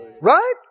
right